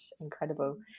Incredible